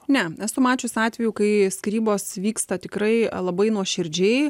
ne esu mačius atvejų kai skyrybos vyksta tikrai labai nuoširdžiai